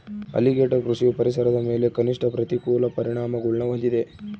alligator ಕೃಷಿಯು ಪರಿಸರದ ಮೇಲೆ ಕನಿಷ್ಠ ಪ್ರತಿಕೂಲ ಪರಿಣಾಮಗುಳ್ನ ಹೊಂದಿದೆ